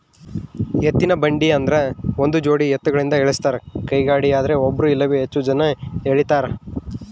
ಎತ್ತಿನಬಂಡಿ ಆದ್ರ ಒಂದುಜೋಡಿ ಎತ್ತುಗಳಿಂದ ಎಳಸ್ತಾರ ಕೈಗಾಡಿಯದ್ರೆ ಒಬ್ರು ಇಲ್ಲವೇ ಹೆಚ್ಚು ಜನ ಎಳೀತಾರ